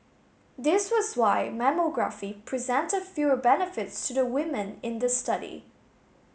this was why mammography present fewer benefits to the women in the study